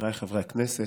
חבריי חברי הכנסת,